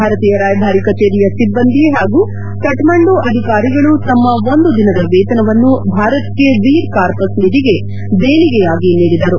ಭಾರತೀಯ ರಾಯಭಾರಿ ಕಚೇರಿಯ ಸಿಬ್ಲಂದಿ ಹಾಗೂ ಕಕ್ಕಂಡು ಅಧಿಕಾರಿಗಳು ತಮ್ನ ಒಂದು ದಿನದ ವೇತನವನ್ನು ಭಾರತ್ ಕೇ ವೀರ್ ಕಾರ್ಪಸ್ ನಿಧಿಗೆ ದೇಣಿಗೆಯಾಗಿ ಆಗಿ ನೀಡಿದರು